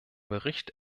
bericht